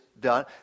done